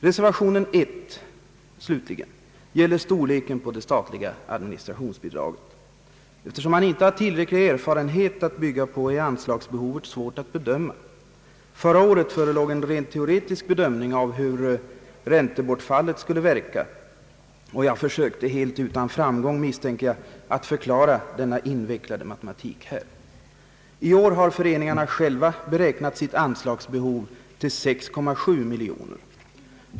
Reservationen 1 slutligen gäller storleken av det statliga administrationsbidraget. Eftersom man inte har tillräcklig erfarenhet att bygga på är anslagsbehovet svårt att bedöma. Förra året förelåg en rent teoretisk bedömning av hur räntebortfallet skulle verka, och jag försökte, helt utan framgång misstänker jag, att förklara denna invecklade matematik. I år har föreningarna själva beräknat sitt anslagsbehov till 6,7 miljoner kronor.